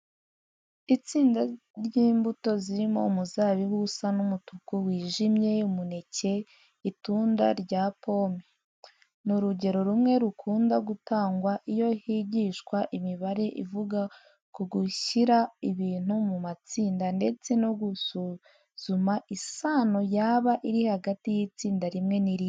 Itsinda ry'imbuto zirimo umuzabibu usa n'umutuku wijimye, umuneke, itunda rya pome. Ni urugero rumwe rukunda gutangwa iyo higishwa imibare ivuga ku gushyira ibintu mu matsinda ndetse no gusuzuma isano yaba iri hagati y'itsinda rimwe n'irindi.